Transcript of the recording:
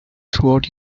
throughout